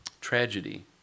tragedy